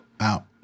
Out